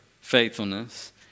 faithfulness